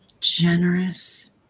generous